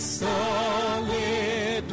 solid